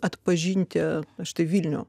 atpažinti štai vilnių